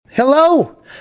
Hello